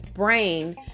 brain